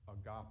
agape